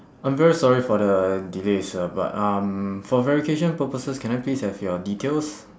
I'm very sorry for the delay sir but um for verification purposes can I please have your details